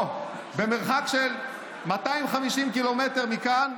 פה, במרחק של 250 ק"מ מכאן,